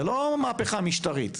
זה לא מהפכה משטרית,